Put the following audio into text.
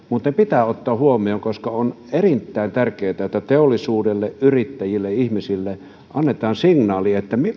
mutta ne pitää ottaa huomioon koska on erittäin tärkeätä että teollisuudelle yrittäjille ja ihmisille annetaan signaali siitä